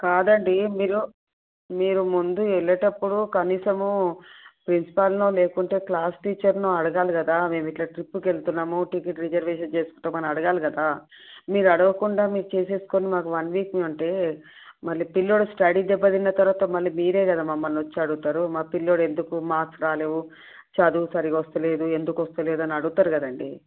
కాదండి మీరు మీరు ముందు వెళ్ళేటప్పుడు కనీసము ప్రిన్సిపాల్నో లేకుంటే క్లాస్ టీచర్నో అడగాలి కదా మేము ఇట్లా ట్రిప్కి వెళ్తున్నాము టికెట్ రిజర్వేషన్ చేసుకుంటాము అని అడగాలి కదా మీరు అడగకుండా మీరు చేసుకుని మాకు వన్ వీక్ అని అంటే మళ్ళీ పిల్లవాడి స్టడీ దెబ్బతిన్న తరువాత మళ్ళీ మీరే కదా మమ్మల్ని వచ్చి అడుగుతారు మా పిల్లవాడు ఎందుకు మార్క్స్ రాలేదు చదువు సరిగా వస్తలేదు ఎందుకు వస్తలేదు అని అడుగుతారు కదండి